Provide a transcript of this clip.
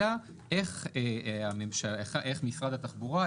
אלא איך משרד התחבורה,